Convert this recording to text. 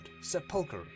sepulchre